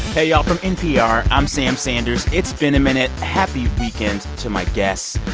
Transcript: hey, y'all. from npr, i'm sam sanders. it's been a minute. happy weekend to my guests.